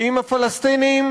עם הפלסטינים